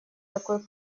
такой